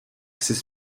sis